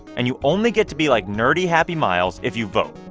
and you only get to be like nerdy, happy miles if you vote.